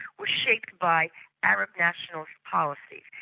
were shaped by arab national policy.